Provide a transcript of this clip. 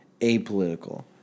apolitical